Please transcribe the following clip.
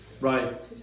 Right